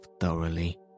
thoroughly